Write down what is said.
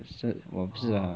是我不知道啦